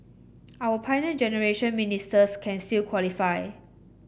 our Pioneer Generation Ministers can still qualify